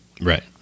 right